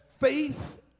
faith